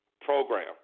program